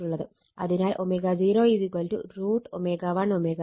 അതിനാൽ ω0 √ ω1 ω2